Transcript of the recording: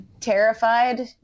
terrified